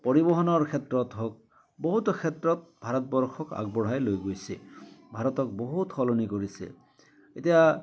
পৰিবহণৰ ক্ষেত্ৰত হওক বহুতো ক্ষেত্ৰত ভাৰতবৰ্ষক আগবঢ়াই লৈ গৈছে ভাৰতক বহুত সলনি কৰিছে এতিয়া